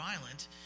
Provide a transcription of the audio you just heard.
violent